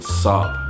sob